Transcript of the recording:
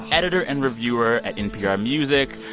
editor and reviewer at npr music,